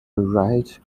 right